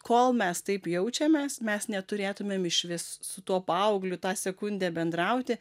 kol mes taip jaučiamės mes neturėtumėm išvis su tuo paaugliu tą sekundę bendrauti